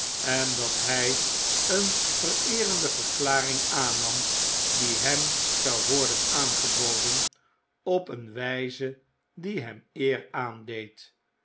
en dat hy een vereerende verklaring aannam die hem zou worden aangeboden op een wyze die hem eer aandeed